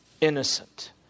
innocent